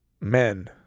men